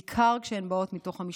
בעיקר כשהן באות מתוך המשפחה.